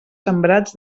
sembrats